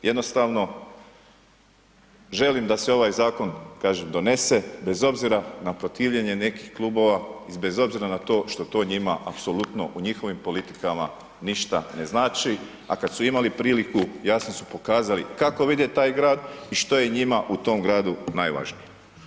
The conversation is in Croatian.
Jednostavno želim da se ovaj Zakon, kažem, donese bez obzira na protivljenje nekih Klubova, i bez obzira na to što to njima apsolutno u njihovim politikama ništa ne znači, a kad su imali priliku, jasno su pokazali kako vide taj Grad i što je njima u tom Gradu najvažnije.